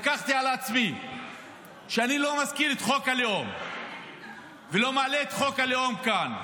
לקחתי על עצמי שאני לא מזכיר את חוק הלאום ולא מעלה את חוק הלאום כאן.